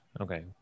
Okay